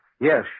Yes